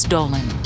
Dolan